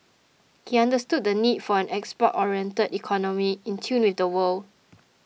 he understood the need for an export oriented economy in tune with the world